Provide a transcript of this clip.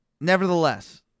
Nevertheless